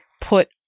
put